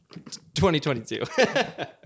2022